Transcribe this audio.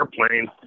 airplane